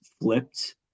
flipped